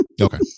Okay